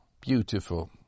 beautiful